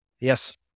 Yes